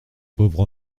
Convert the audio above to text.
pauvre